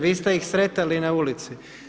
Vi ste ih sretali na ulici.